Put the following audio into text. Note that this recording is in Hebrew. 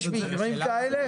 יש מקרים כאלה?